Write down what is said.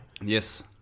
yes